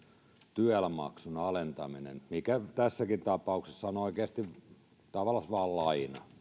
tyel maksun alentamisesta mikä tässäkin tapauksessa on on oikeasti tavallansa vain laina